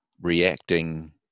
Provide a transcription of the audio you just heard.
reacting